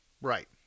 Right